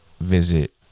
visit